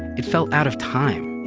it felt out of time